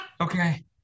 Okay